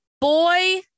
Boy